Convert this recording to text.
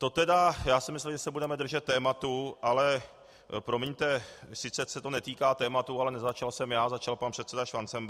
To tedy, já jsem myslel, že se budeme drže tématu, ale promiňte, sice se to netýká tématu, ale nezačal jsem já, začal pan předseda Schwarzenberg.